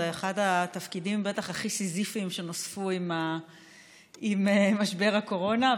זה בטח אחד התפקידים הכי סיזיפיים שנוספו עם משבר הקורונה.